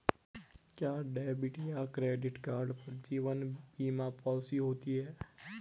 क्या डेबिट या credit card पर जीवन बीमा पॉलिसी होती है?